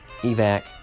Evac